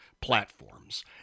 platforms